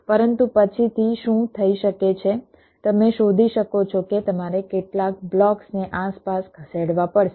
પરંતુ પછીથી શું થઈ શકે છે તમે શોધી શકો છો કે તમારે કેટલાક બ્લોક્સને આસપાસ ખસેડવા પડશે